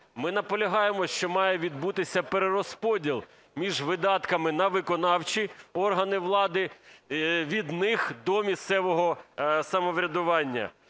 Ми наполягаємо, що має відбутися перерозподіл між видатками на виконавчі органи влади, від них до місцевого самоврядування.